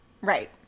Right